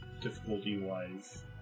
difficulty-wise